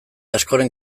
askoren